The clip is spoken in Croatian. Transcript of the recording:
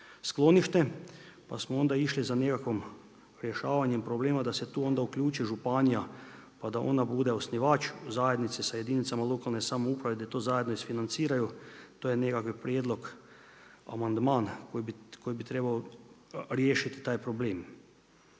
sklonište. Pa smo onda išli za nekakvom rješavanjem problema da se tu onda uključi županija, pa da ona bude osnivač zajednice sa jedinicama lokalne samouprave, da to zajedno isfinanciraju. To je nekakav prijedlog, amandman koji bi trebao riješiti taj problem.